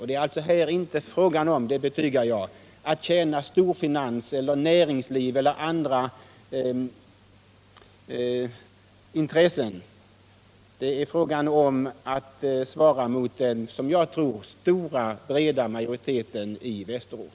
Det är alltså här inte fråga om — det betygar jag — att tjäna storfinans-, näringslivseller andra intressen. Det är fråga om att svara mot den som jag tror stora, breda majoriteten i Västerort.